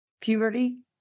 puberty